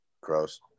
Gross